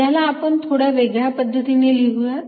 याला पण थोड्या वेगळ्या पद्धतीने लिहूयात